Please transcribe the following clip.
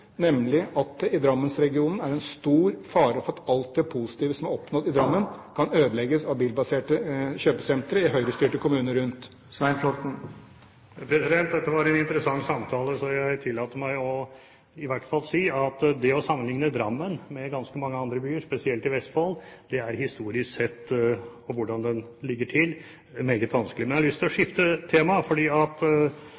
nemlig at det i Drammensregionen er en stor fare for at alt det positive som er oppnådd i Drammen, kan ødelegges av bilbaserte kjøpesenter i Høyre-styrte kommuner rundt. Dette var en interessant samtale, så jeg tillater meg i hvert fall å si at det å sammenligne Drammen med ganske mange andre byer, spesielt i Vestfold, er historisk sett, og i forhold til hvordan den ligger til, meget vanskelig! Men jeg har lyst til å